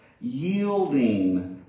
yielding